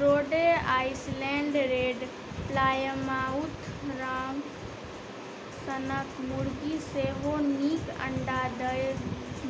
रोडे Island Red, Plymouth Rock सनक मुरगी सेहो नीक अंडा दय